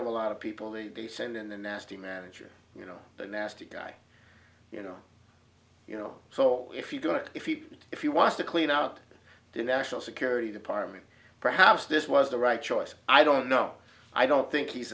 of a lot of people maybe send in the nasty manager you know the nasty guy you know you know so if you're going to if you if you want to clean out the national security department perhaps this was the right choice i don't know i don't think he's